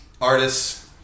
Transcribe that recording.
artists